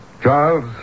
Charles